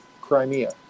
Crimea